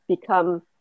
become